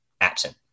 absent